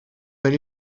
per